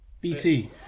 BT